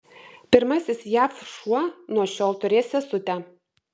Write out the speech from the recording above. pirmasis jav šuo nuo šiol turės sesutę